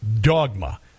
dogma